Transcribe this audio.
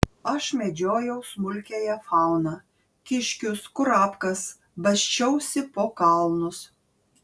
aš medžiojau smulkiąją fauną kiškius kurapkas basčiausi po kalnus